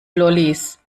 lollis